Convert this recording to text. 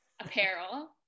apparel